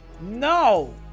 no